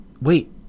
wait